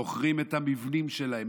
מוכרים את המבנים שלהם,